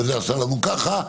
וזה עשה לנו ככה,